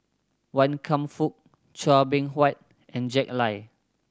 Wan Kam Fook Chua Beng Huat and Jack Lai